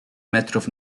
metrów